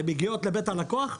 הן מגיעות לבית הלקוח?